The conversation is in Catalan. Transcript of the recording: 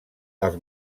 els